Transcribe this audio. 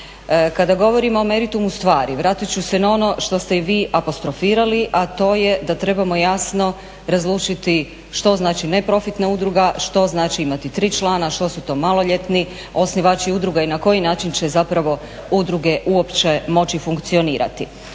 kada govorimo o meritumu stvari vratit ću se na ono što ste vi apostrofirali, a to je da trebamo jasno razlučiti što znači neprofitna udruga, što znači imati tri člana, što su to maloljetni osnivači udruga i na koji način će udruge moći funkcionirati.